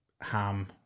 ham